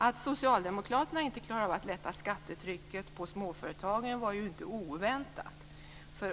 Att Socialdemokraterna inte klarar av att lätta skattetrycket på småföretagen var inte oväntat.